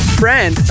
friend